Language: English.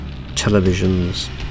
televisions